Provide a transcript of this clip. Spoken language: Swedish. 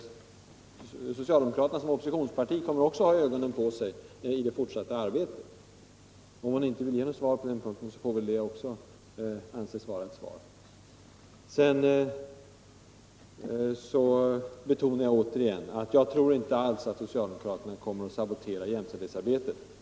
Socialdemokraterna kommer som oppositionsparti också att ha ögonen på sig i det fortsatta arbetet. Vill man inte ge något svar på den punkten får väl även det anses vara ett svar. Jag betonar återigen att jag inte alls tror att socialdemokraterna kommer att sabotera jämställdhetsarbetet.